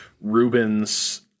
Rubens